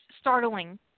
startling